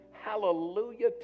Hallelujah